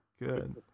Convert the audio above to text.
good